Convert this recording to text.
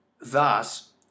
thus